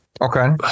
Okay